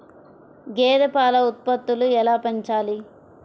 గేదె పాల ఉత్పత్తులు ఎలా పెంచాలి?